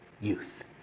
youth